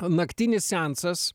naktinis seansas